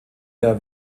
der